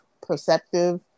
perceptive